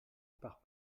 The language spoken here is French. par